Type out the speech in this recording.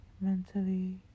mentally